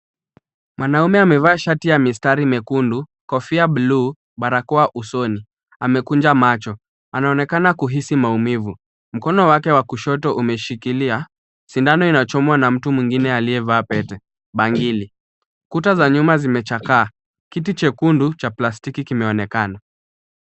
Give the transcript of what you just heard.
Mwanaume amevaa shati ya mistari miekundu, kofia buluu, barakoa usoni amekunja macho. Anaonekana kuhisi maumivu. Mkono wake wa kushoto umeshikilia, sindano inachomwa na mtu mwingine aliyevaa pete, bangili. Luta za nyuma zimechakaa. Kiti chekundu cha plastiki kimeonekana.